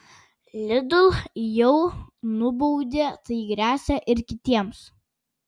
lidl jau nubaudė tai gresia ir kitiems